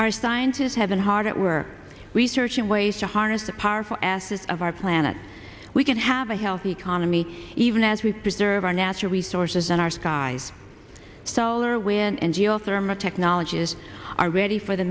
our scientists have been hard at work researching ways to harness the power for asses of our planet we can have a healthy economy even as we preserve our natural resources and our skies solar wind and geothermal technologies are ready for the